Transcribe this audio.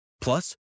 Plus